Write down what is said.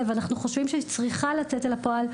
ו אנחנו חושבים שהיא צריכה לצאת אל הפועל,